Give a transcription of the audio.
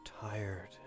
tired